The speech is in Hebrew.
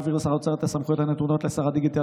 להעביר לשר האוצר את הסמכויות הנתונות לשר הדיגיטל